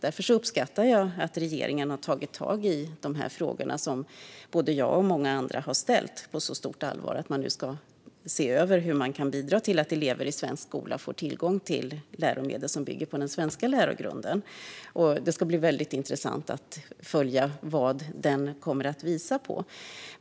Därför uppskattar jag att regeringen har tagit tag i dessa frågor, som både jag och många andra har ställt, och tar dem på så stort allvar att man nu ska se över hur man kan bidra till att elever i svensk skola får tillgång till läromedel som bygger på den svenska lärogrunden. Det ska bli intressant att följa vad den översynen kommer att visa.